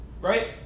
right